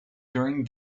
during